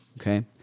okay